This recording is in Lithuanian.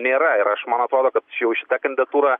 nėra ir aš man atrodo kad čia jau šita kandidatūra